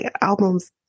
albums